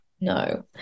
No